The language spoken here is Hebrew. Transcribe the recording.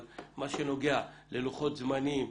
אבל מה שנוגע ללוחות זמנים,